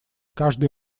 каждый